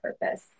purpose